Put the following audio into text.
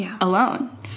alone